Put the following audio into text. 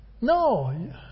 No